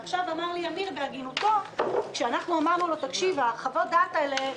עכשיו אמר לי אמיר בהגינותו כשאנחנו אמרנו לו לגבי חוות הדעת האלה,